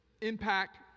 Impact